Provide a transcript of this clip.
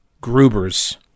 Gruber's